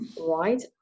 right